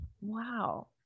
Wow